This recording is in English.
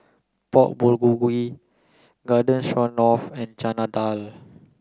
Pork Bulgogi Garden Stroganoff and Chana Dal